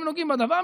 הם נוגעים בדבר,